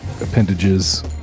appendages